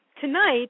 tonight